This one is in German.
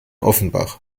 offenbach